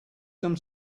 some